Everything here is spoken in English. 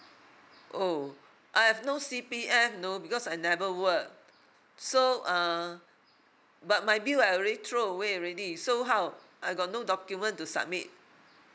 oh I have no C P F you know because I never work so uh but my bill I already throw away already so how I got no document to submit